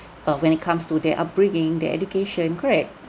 but when it comes to their upbringing their education correct